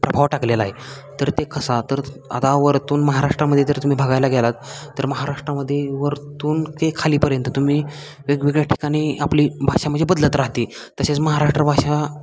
प्रभाव टाकलेला आहे तर ते कसा तर आता वरतून महाराष्ट्रामध्ये जर तुम्ही बघायला गेलात तर महाराष्ट्रामध्ये वरतून ते खालीपर्यंत तुम्ही वेगवेगळ्या ठिकाणी आपली भाषा म्हणजे बदलत राहते तसेच महाराष्ट्र भाषा